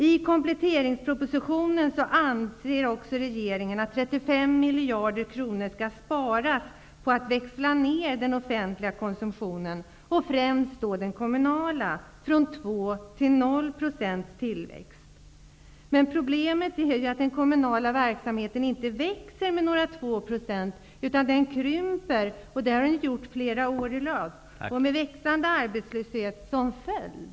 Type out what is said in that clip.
I kompletteringspropositionen föreslår regeringen att 35 miljarder kronor skall sparas på att växla ned ökningen av den offentliga konsumtionen, främst den kommunala, från2 % till 0 % tillväxt. Men problemet är ju att den kommunala verksamheten inte växer med 2 % utan krymper, och det har den gjort flera år i rad med växande arbetslöshet som följd.